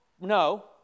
no